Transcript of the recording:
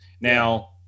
Now